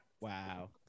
Wow